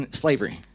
slavery